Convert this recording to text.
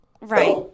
Right